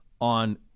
on